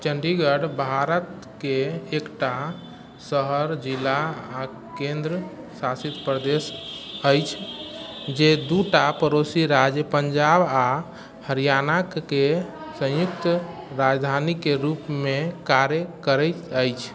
चंडीगढ़ भारतके एकटा शहर जिला आओर केन्द्र शासित प्रदेश अछि जे दू टा पड़ोसी राज्य पंजाब आओर हरियाणाक के संयुक्त राजधानीके रूपमे कार्य करैत अछि